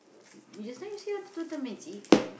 you just now you say want to do the magic